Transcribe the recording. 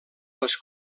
les